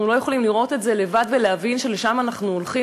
אנחנו לא יכולים לראות את זה לבד ולהבין שלשם אנחנו הולכים?